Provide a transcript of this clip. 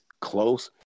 close